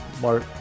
Mark